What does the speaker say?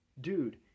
dude